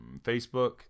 Facebook